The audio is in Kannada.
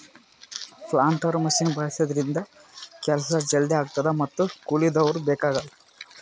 ಪ್ಲಾಂಟರ್ ಮಷಿನ್ ಬಳಸಿದ್ರಿಂದ ಕೆಲ್ಸ ಜಲ್ದಿ ಆಗ್ತದ ಮತ್ತ್ ಕೂಲಿದವ್ರು ಬೇಕಾಗಲ್